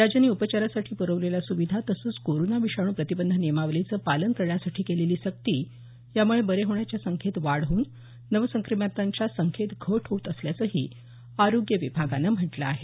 राज्यांनी उपचारासाठी पुरवलेल्या सुविधा तसंच कोरोना विषाणू प्रतिबंध नियमावलीचे पालन करण्यासाठी केलेली सक्ती यामुळे बरे होणाच्या संख्येत वाढ होवून नवसंक्रमितांच्या घट होत असल्याचंही आरोग्य विभागानं म्हटलं आहे